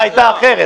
השאלה הייתה אחרת.